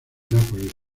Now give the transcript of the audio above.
nápoles